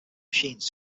machines